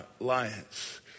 alliance